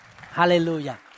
Hallelujah